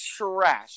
trashed